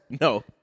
No